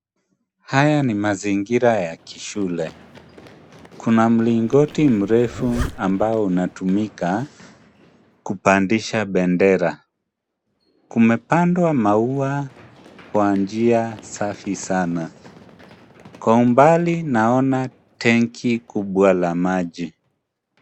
Haya ni mazingira ya kishule, kuna mlingoti mrefu ambao unatumika kupandisha bendera. Kumepandwa maua kwa njia safi sana. Kwa umbali naona tenki kubwa la maji.